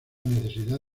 necesidad